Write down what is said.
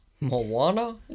Moana